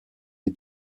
des